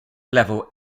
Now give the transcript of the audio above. level